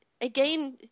again